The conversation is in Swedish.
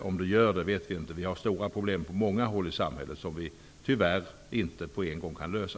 Om det gör det vet vi inte. Vi har stora problem på många håll i samhället som vi tyvärr inte kan lösa på en gång.